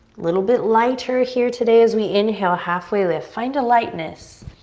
little bit lighter here today as we inhale. halfway lift, find a lightness.